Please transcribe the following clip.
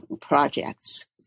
projects